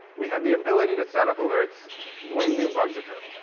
we have the ability to set up alerts when new bugs occur.